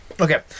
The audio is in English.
Okay